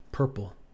Purple